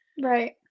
Right